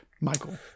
Michael